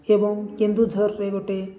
ଏବଂ କେନ୍ଦୁଝରରେ ଗୋଟେ